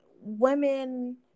women